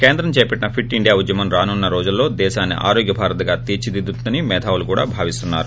కేంద్రం చేపట్టిన fit India ఉద్యమం రానున్న రోజులలో దేశాన్ని ఆరోగ్య భారత్ గా తీర్పిదిద్దుతుందని మేధావులు కూడా భావిస్తున్నారు